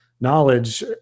knowledge